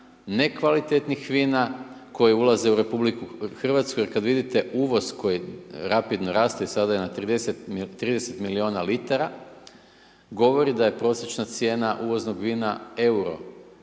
nekvalitetnih vina koji ulaze u RH. Jer kada vidite uvoz koji rapidno raste i sada je na 30 milijuna litara govori da je prosječna cijena uvoznog vina euro